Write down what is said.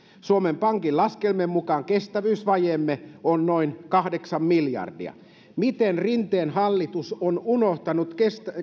suomen pankin laskelmien mukaan kestävyysvajeemme on noin kahdeksan miljardia miten rinteen hallitus on unohtanut